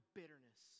bitterness